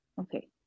Okay